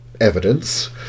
evidence